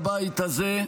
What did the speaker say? בבית הזה,